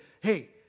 hey